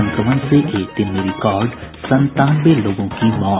संक्रमण से एक दिन में रिकॉर्ड संतानवे लोगों की मौत